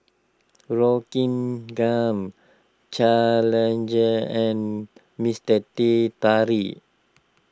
Rockingham Challenger and Mister Teh Tarik